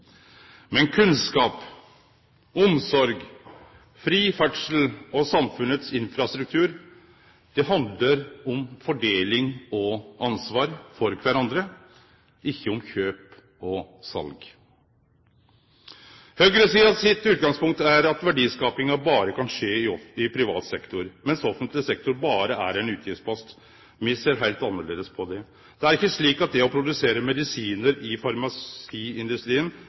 Men kunnskap, omsorg, fri ferdsel og samfunnets infrastruktur handlar om fordeling og ansvar for kvarandre – ikkje om kjøp og sal. Høgresida sitt utgangspunkt er at verdiskapinga berre kan skje i privat sektor, mens offentleg sektor berre er ein utgiftspost. Me ser heilt annleis på det. Det er ikkje slik at det å produsere medisinar i farmasiindustrien